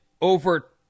over